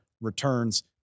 returns